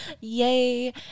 Yay